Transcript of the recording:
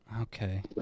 Okay